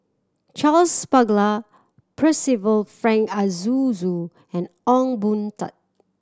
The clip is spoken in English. Charles Paglar Percival Frank Aroozoo and Ong Boon Tat